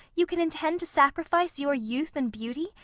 you can intend to sacrifice your youth and beauty,